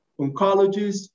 oncologists